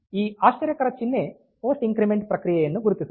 ಈ ಆಶ್ಚರ್ಯಕರ ಚಿನ್ಹೆ ಪೋಸ್ಟ್ ಇನ್ಕ್ರಿಮೆಂಟ್ ಪ್ರಕ್ರಿಯೆಯನ್ನು ಗುರುತಿಸುತ್ತದೆ